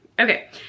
Okay